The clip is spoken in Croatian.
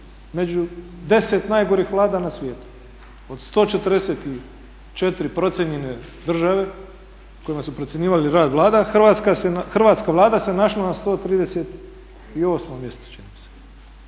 među 10 najgorih vlada na svijetu? Od 144 procijenjene države u kojima su procjenjivali rad vlada Hrvatska vlada se našla na 138. mjestu